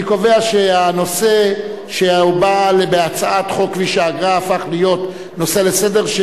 אני קובע שהנושא שהובא בהצעת חוק כביש האגרה הפך להיות נושא לסדר-היום,